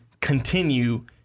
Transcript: continue